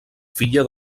filla